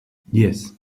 yes